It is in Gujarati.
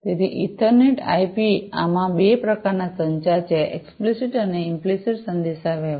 તેથી ઇથરનેટ આઈપીethernetIPમાં બે પ્રકારનાં સંચાર છે એકસીપ્લસીટ અને ઇમ્પ્લિસિટ સંદેશાવ્યવહાર